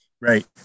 Right